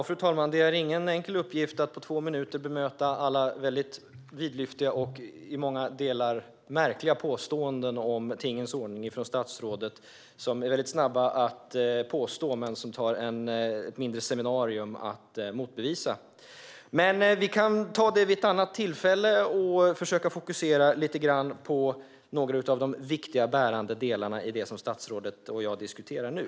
Fru talman! Det är ingen enkel uppgift att på två minuter bemöta alla väldigt vidlyftiga och i många delar märkliga påståenden från statsrådet om tingens ordning. Det går snabbt att göra påståenden, men det krävs ett mindre seminarium att motbevisa dem. Vi kan dock ta det vid ett annat tillfälle och i stället försöka fokusera lite grann på några av de viktiga bärande delarna i det som statsrådet och jag diskuterar nu.